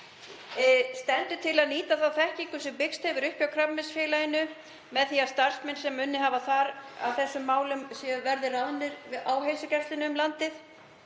Stendur til að nýta þá þekkingu sem byggst hefur upp hjá Krabbameinsfélaginu með því að starfsmenn sem unnið hafa þar að þessum málum verði ráðnir á heilsugæsluna um landið?